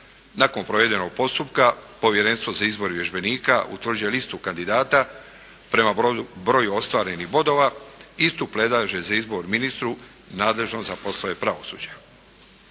Nakon provedenog postupka Povjerenstvo za izbor vježbenika utvrđuje listu kandidata prema broju ostvarenih bodova, istu predlaže za izbor ministru nadležnom za poslove pravosuđa.